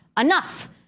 enough